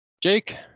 Jake